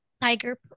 tiger